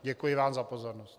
Děkuji vám za pozornost.